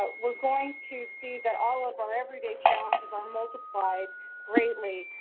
we're going to see that all of our everyday challenges are multiplied greatly.